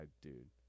dude